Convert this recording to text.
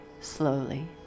slowly